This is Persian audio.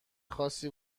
خاصی